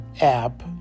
app